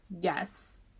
Yes